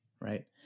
right